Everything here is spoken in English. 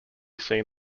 seen